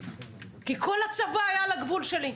כי כל הצבא היה על הגבול שלי.